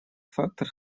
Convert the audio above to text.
фактор